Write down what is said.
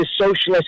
socialist